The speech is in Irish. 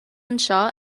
anseo